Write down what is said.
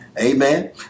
Amen